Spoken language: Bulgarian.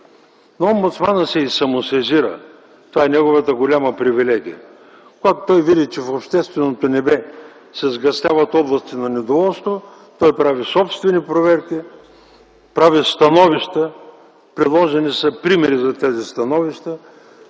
Омбудсманът се и самосезира – това е неговата голяма привилегия. Когато види, че в общественото небе се сгъстяват облаците на недоволство, той прави собствени проверки, прави становища – приложени са примери за такива становища.